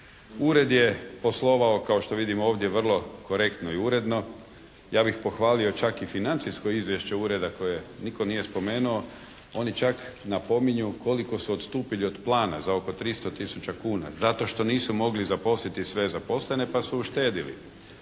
Ured je poslovao kao što vidimo ovdje vrlo korektno i uredno. Ja bih pohvalio čak i financijsko izvješće ureda koje nitko nije spomenuo. Oni čak napominju koliko su odstupili od plana za oko 300 tisuća kuna zato što nisu mogli zaposliti sve zaposlene pa su uštedili.